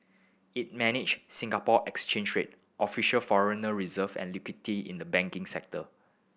it manage Singapore Exchange rate official foreigner reserve and liquidity in the banking sector